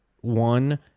one